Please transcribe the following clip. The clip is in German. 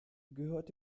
gehört